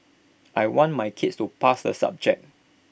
I want my kids to pass the subject